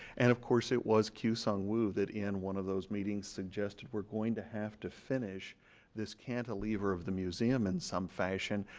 and of course it was kyu sung woo that in of one of those meetings suggested we're going to have to finish this cantilever of the museum in some fashion.